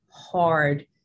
hard